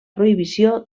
prohibició